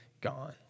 gone